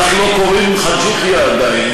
לך לא קוראים חאג' יחיא עדיין.